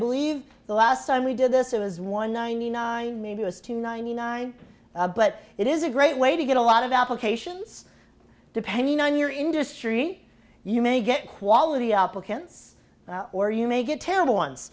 believe the last time we did this it was one ninety nine maybe as to ninety nine but it is a great way to get a lot of applications depending on your industry you may get quality applicants or you may get terrible on